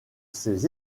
ses